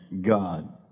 God